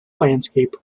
landscape